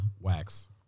wax